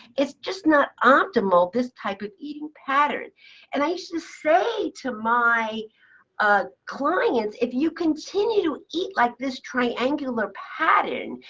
it's just not optimal, this type of eating pattern. and i should say to my ah clients, if you continue to eat like this triangular pattern,